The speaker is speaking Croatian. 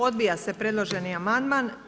Odbija se predloženi amandman.